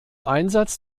einsatz